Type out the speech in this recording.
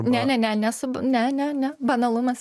ne ne ne nes ne ne ne banalumas